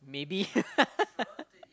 maybe